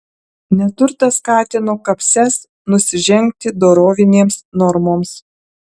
neturtas skatino kapses nusižengti dorovinėms normoms